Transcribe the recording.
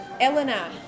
Eleanor